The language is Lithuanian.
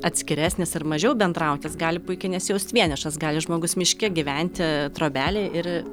atskiresnis ir mažiau bendraujantis gali puikiai nesijaust vienišas gali žmogus miške gyventi trobelėj ir